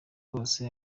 bose